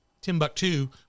Timbuktu